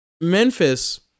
Memphis